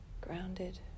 grounded